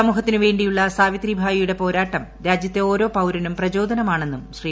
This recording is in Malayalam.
സമൂഹത്തിന് വേിയുള്ള സാവിത്രിഭായിയുടെ പോരാട്ടം രാജൃത്തെ ഓരോ പൌരനും പ്രചോദനമാണെന്നും ശ്രീ